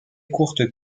courte